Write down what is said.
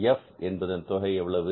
F என்பதன் தொகை எவ்வளவு